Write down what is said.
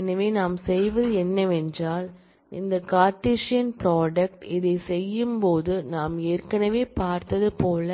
எனவே நாம் செய்வது என்னவென்றால் இந்த கார்ட்டீசியன் ப்ராடக்ட் இதைச் செய்யும்போது நாம் ஏற்கனவே பார்த்தது போல